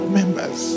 members